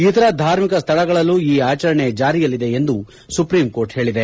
ಇತರ ಧಾರ್ಮಿಕ ಸ್ಥಳಗಳಲ್ಲೂ ಈ ಆಚರಣೆ ಜಾರಿಯಲ್ಲಿದೆ ಎಂದು ಸುಪ್ರೀಂ ಕೋರ್ಟ್ ಹೇಳಿದೆ